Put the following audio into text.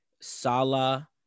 Salah